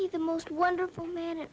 he the most wonderful man